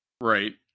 Right